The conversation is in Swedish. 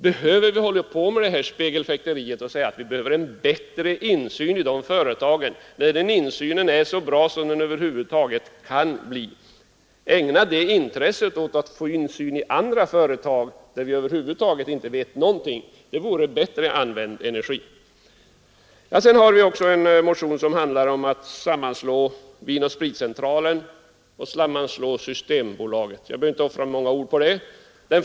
Behöver ni hålla på med detta spegelfäkteri och säga att det behövs en bättre insyn i dessa företag, när insynen är så bra som den över huvud taget kan bli? Ägna det intresset åt att få insyn i andra företag, som vi inte vet någonting alls om! Det vore bättre använd energi. Det har också väckts en motion om sammanslagning av Vin & spritcentralen och Systembolaget. Jag behöver inte offra många ord på den.